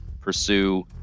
pursue